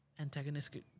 antagonistic